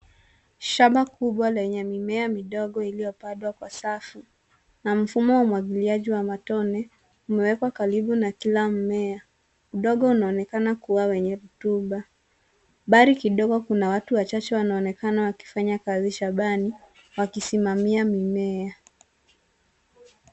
Shamba kubwa lenye mimea midogo iliyopandwa kwa safu na mfumo wa umwagiliaji wa matone umewekwa karibu na kila mmea. Udongo unaonekana kuwa wenye rotuba. Mbali kidogo kuna watu wachache wanaonekana wakifanya kazi shambani wakisimamia mimea.